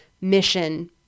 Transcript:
mission